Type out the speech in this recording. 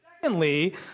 Secondly